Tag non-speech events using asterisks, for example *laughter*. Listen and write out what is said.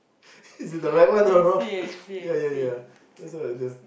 *laughs* this is right or not yeah yeah yeah that's what I do